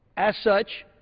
as such,